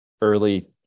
early